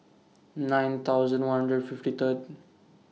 nine thousand one hundred fifty Third